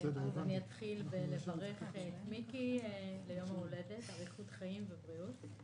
אתחיל בברכה למיקי ליום ההולדת: אריכות חיים ובריאות.